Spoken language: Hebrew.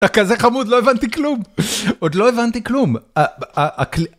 כזה חמוד לא הבנתי כלום עוד לא הבנתי כלום.